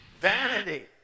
Vanity